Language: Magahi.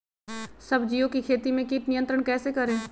सब्जियों की खेती में कीट नियंत्रण कैसे करें?